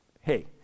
Hey